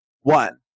One